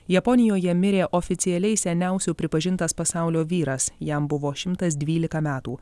japonijoje mirė oficialiai seniausiu pripažintas pasaulio vyras jam buvo šimtas dvylika metų